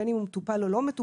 בין אם הוא מטופל או לא מטופל,